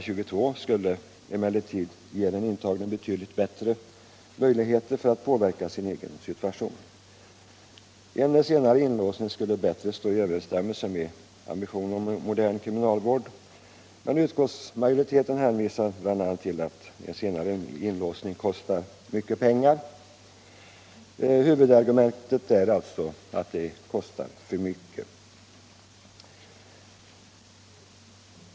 22 skulle den intagne få betydligt bättre möjligheter att påverka sin egen situation. En senare inlåsning skulle bättre stå i överensstämmelse med ambitionen hos en modern kriminalvård. Utskottsmajoriteten avstyrker med hänvisning bl.a. till att en senare inlåsning kostar mycket pengar. Huvudargumentet är alltså att det kostar för mycket.